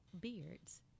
beards